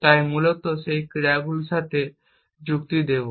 এবং আমরা মূলত সেই ক্রিয়াগুলির সাথে যুক্তি দেব